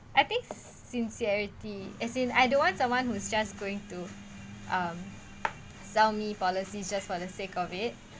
I think sincerity as in I don't want someone who's just going to um sell me policies just for the sake of it